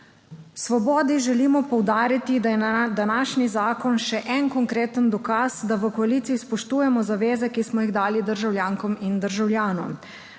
Svobodi želimo poudariti, da je današnji zakon še en konkreten dokaz, da v koaliciji spoštujemo zaveze, ki smo jih dali državljankam in državljanom.